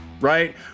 right